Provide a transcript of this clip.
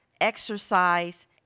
exercise